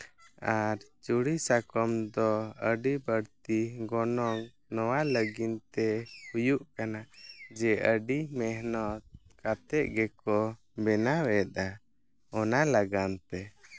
ᱟᱨ ᱪᱩᱲᱤ ᱥᱟᱠᱟᱢ ᱫᱚ ᱟᱹᱰᱤ ᱵᱟᱹᱲᱛᱤ ᱜᱚᱱᱚᱝ ᱱᱚᱣᱟ ᱞᱟᱹᱜᱤᱫ ᱛᱮ ᱦᱩᱭᱩᱜ ᱠᱟᱱᱟ ᱡᱮ ᱟᱹᱰᱤ ᱢᱮᱦᱱᱚᱛ ᱠᱟᱛᱮᱫ ᱜᱮᱠᱚ ᱵᱮᱱᱟᱣᱮᱫᱼᱟ ᱚᱱᱟ ᱞᱟᱹᱜᱤᱫ ᱛᱮ